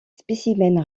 spécimens